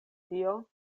tio